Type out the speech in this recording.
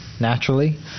naturally